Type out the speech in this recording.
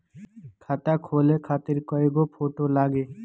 खाता खोले खातिर कय गो फोटो लागी?